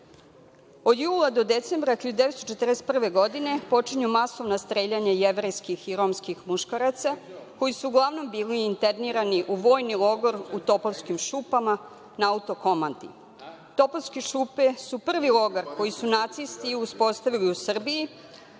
jula do decembra 1941. godine počinju masovna streljanja jevrejskih i romskih muškaraca koji su uglavnom bili internirani u vojni logor u Topovskim šupama na Autokomandi. Topovske šupe su prvi logor koji su nacisti uspostavili u Srbiji,